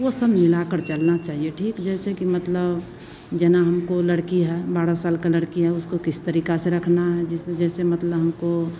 वो सब मिलाकर चलना चाहिए ठीक जैसे कि मतलब जना हमको लड़की है बड़ा साल का लड़की है उसको किस तरीका से रखना है जिसे जैसे मतलब हमको